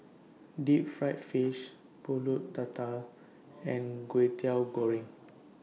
Deep Fried Fish Pulut Tatal and Kwetiau Goreng